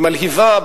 היא מלהיבה,